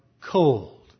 cold